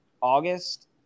August